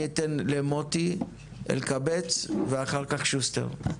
אני אתן למוטי אלקבץ ואחר כך שוסטר.